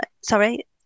sorry